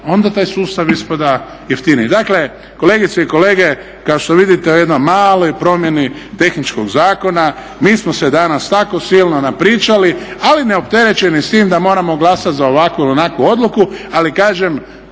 onda taj sustav ispada jeftiniji. Dakle kolegice i kolege, kao što vidite u jednoj maloj promjeni tehničkog zakona mi smo se danas tako silno napričali, ali neopterećeni s tim da moramo glasat za ovakvu ili onakvu odluku, ali kažem